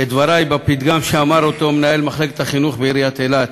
הפתגם שאמר מנהל מחלקת החינוך בעיריית אילת,